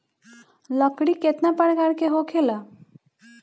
लकड़ी केतना परकार के होखेला